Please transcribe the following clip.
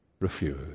refuse